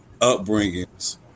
upbringings